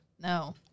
No